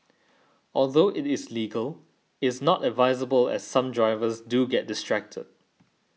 although it is legal is not advisable as some drivers do get distracted